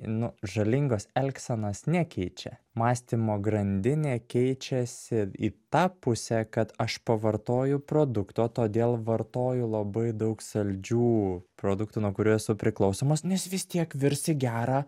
nu žalingos elgsenos nekeičia mąstymo grandinė keičiasi į tą pusę kad aš pavartoju produkto todėl vartoju labai daug saldžių produktų nuo kurių esu priklausomas nes vis tiek virs į gerą